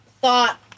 thought